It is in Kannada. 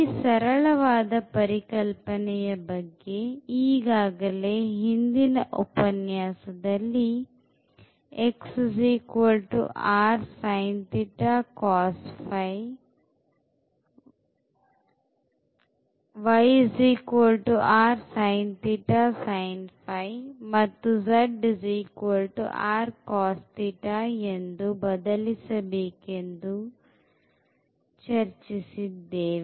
ಈ ಸರಳವಾದ ಪರಿಕಲ್ಪನೆಯ ಬಗ್ಗೆ ಈಗಾಗಲೇ ಹಿಂದಿನ ಉಪನ್ಯಾಸದಲ್ಲಿ ಮತ್ತು ಎಂದು ಬದಲಿಸಬೇಕೆಂದು ಚರ್ಚಿಸಿದ್ದೇವೆ